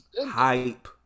hype